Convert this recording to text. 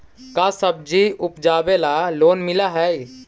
का सब्जी उपजाबेला लोन मिलै हई?